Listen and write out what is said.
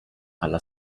alla